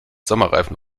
sommerreifen